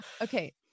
Okay